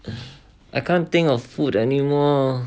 I can't think of food anymore